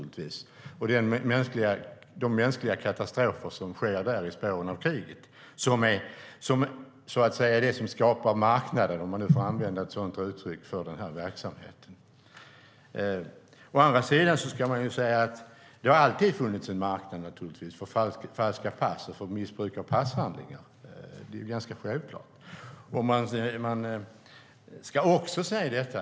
De mänskliga katastrofer som sker i spåren av kriget är det som så att säga skapar marknaden, om man nu får använda ett sådant uttryck, för den här verksamheten. Å andra sidan har det alltid funnits en marknad för falska pass och missbruk av passhandlingar. Det är ganska självklart.